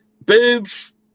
boobs